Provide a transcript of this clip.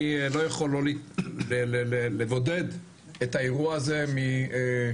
אני לא יכול לבודד את האירוע הזה מנושא